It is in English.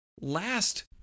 last